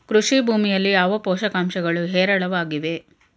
ಕೃಷಿ ಭೂಮಿಯಲ್ಲಿ ಯಾವ ಪೋಷಕಾಂಶಗಳು ಹೇರಳವಾಗಿವೆ?